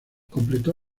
completó